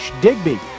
Digby